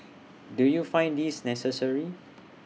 do you find this necessary